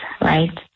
right